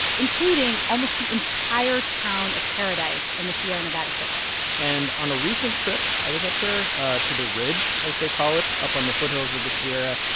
including almost the entire town of paradise and the sierra nevada foothills and on a recent trip i was up there ah to the ridge, as they call it, up on the foothills of the sierra,